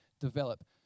develop